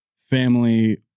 family